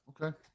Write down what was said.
okay